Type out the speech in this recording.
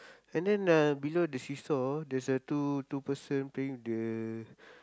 and then uh below the seesaw there's a two two person playing with the